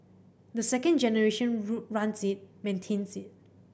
the second generation runs it maintains it